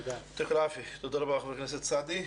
תודה רבה, חבר הכנסת סעדי.